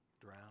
drown